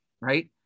Right